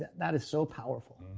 that that is so powerful.